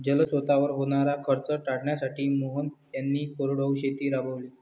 जलस्रोतांवर होणारा खर्च टाळण्यासाठी मोहन यांनी कोरडवाहू शेती राबवली